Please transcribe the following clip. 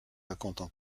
racontent